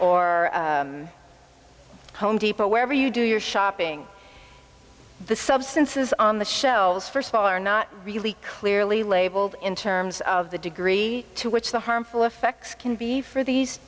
or home depot wherever you do your shopping the substances on the shelves first of all are not really clearly labeled in terms of the degree to which the harmful effects can be for these